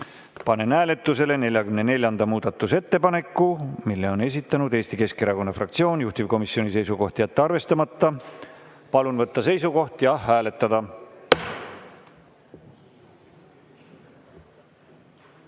panen hääletusele 54. muudatusettepaneku. Selle on esitanud Eesti Keskerakonna fraktsioon. Juhtivkomisjoni seisukoht on jätta arvestamata. Palun võtta seisukoht ja hääletada!